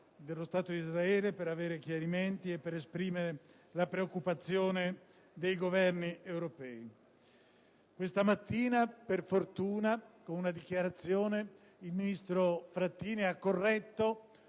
dello Stato di Israele per avere chiarimenti e per esprimere la preoccupazione dei relativi Governi. Questa mattina, per fortuna, con una dichiarazione, il ministro Frattini ha corretto